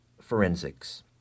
forensics